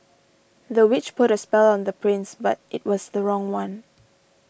the witch put a spell on the prince but it was the wrong one